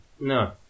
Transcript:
No